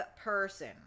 person